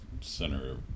center